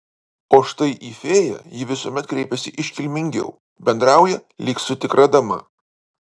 o štai į fėją ji visuomet kreipiasi iškilmingiau bendrauja lyg su tikra dama